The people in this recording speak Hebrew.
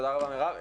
תודה רבה, מירב.